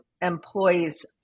employees